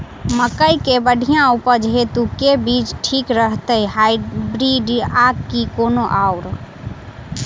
मकई केँ बढ़िया उपज हेतु केँ बीज ठीक रहतै, हाइब्रिड आ की कोनो आओर?